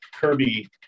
Kirby